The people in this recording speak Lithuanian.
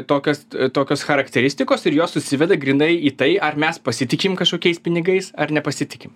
tokios tokios charakteristikos ir jos susiveda grynai į tai ar mes pasitikim kažkokiais pinigais ar nepasitikim